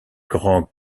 grand